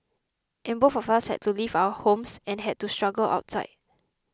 and both of us had to leave our homes and had to struggle outside